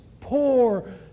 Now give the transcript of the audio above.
poor